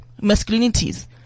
masculinities